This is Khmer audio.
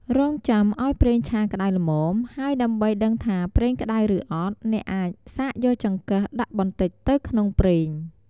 រង់ចាំឱ្យប្រេងឆាក្តៅល្មម ហើយដើម្បីដឹងថាប្រេងក្តៅឬអត់ អ្នកអាចសាកយកចង្កឹះដាក់បន្តិចទៅក្នុងប្រេង។